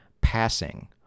passing